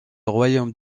royaume